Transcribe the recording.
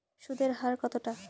সুদের হার কতটা?